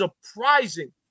surprising